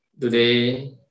today